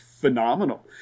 phenomenal